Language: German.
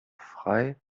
frei